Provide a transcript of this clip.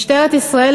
משטרת ישראל,